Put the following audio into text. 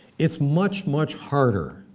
it's much, much harder,